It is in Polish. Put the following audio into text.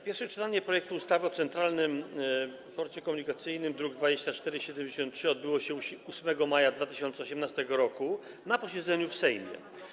Pierwsze czytanie projektu ustawy o Centralnym Porcie Komunikacyjnym, druk nr 2473, odbyło się 8 maja 2018 r. na posiedzeniu w Sejmie.